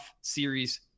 series